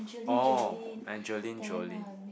oh Angeline Jolin